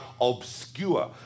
obscure